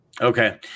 Okay